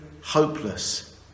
hopeless